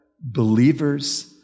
believers